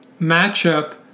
matchup